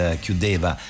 chiudeva